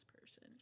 person